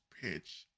pitch